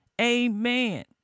Amen